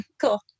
cool